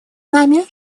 нами